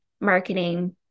marketing